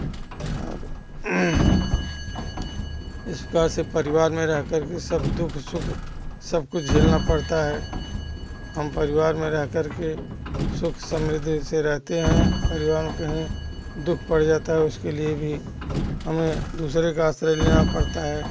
इस प्रकार से परिवार में रहकर के सब दुःख सुख सब कुछ झेलना पड़ता है हम परिवार में रहकर के सुख समृद्धि से रहतें हैं पविवार दुःख पड़ जाता है उसके लिए भी हमें दूसरे का आश्रय लेना पड़ता है